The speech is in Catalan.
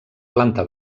planta